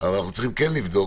אבל אנחנו צריכים לבדוק,